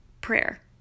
prayer